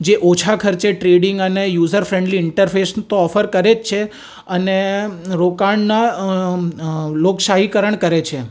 જે ઓછા ખર્ચે ટ્રેડિંગ અને યુસર ફ્રેન્ડલી ઈન્ટરફેસ તો ઓફર કરે જ છે અને રોકાણનું લોકશાહીકરણ કરે છે